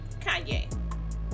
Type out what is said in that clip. Kanye